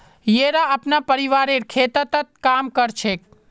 येरा अपनार परिवारेर खेततत् काम कर छेक